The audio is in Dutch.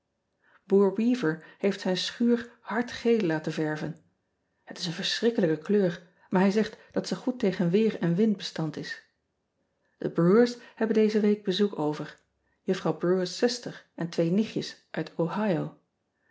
oer eaver heeft zijn schuur hardgeel laten verven et is een verschrikkelijke kleur maar hij zegt dat ze goed tegen weer en wind bestand is e rewers hebben daze week bezoek over juffrouw rewer s zuster en twee nichtjes uit